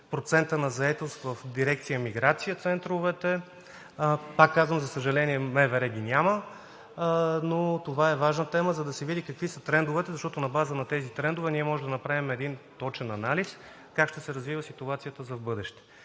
процентът на заетост в центровете на дирекция „Миграция“. Пак казвам, за съжаление, МВР ги няма, но това е важна тема, за да се види какви са трендовете, защото на база на тези трендове ние можем да направим един точен анализ как ще се развива ситуацията за в бъдеще,